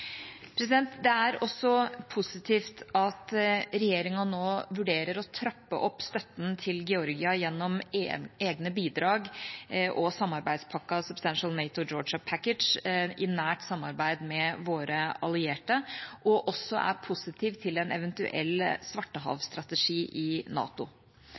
Det er også positivt at regjeringa nå vurderer å trappe opp støtten til Georgia gjennom egne bidrag og samarbeidspakken Substantial NATO-Georgia Package i nært samarbeid med våre allierte, og at man er positiv til en eventuell Svartehavsstrategi i NATO.